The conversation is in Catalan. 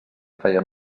feien